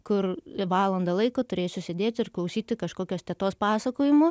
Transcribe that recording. kur valandą laiko turėsiu sėdėti ir klausyti kažkokios tetos pasakojimų